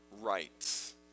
rights